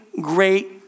great